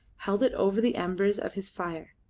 held it over the embers of his fire.